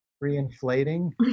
re-inflating